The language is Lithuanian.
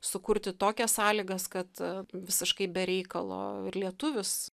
sukurti tokias sąlygas kad visiškai be reikalo ir lietuvius